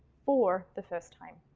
for the first time.